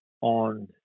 on